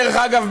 דרך אגב,